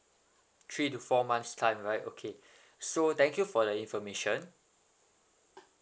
three to four months time right okay so thank you for the information